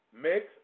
Mix